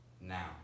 now